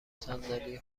صندلی